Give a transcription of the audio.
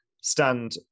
stand